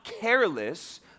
careless